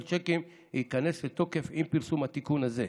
שיקים ייכנס לתוקף עם פרסום התיקון הזה.